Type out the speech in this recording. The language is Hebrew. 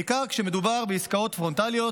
בעיקר כשמדובר בעסקאות פרונטליות